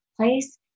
place